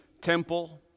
temple